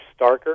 Starker